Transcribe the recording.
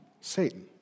Satan